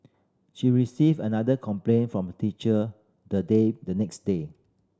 she received another complaint from teacher the day the next day